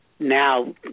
Now